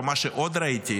מה שעוד ראיתי,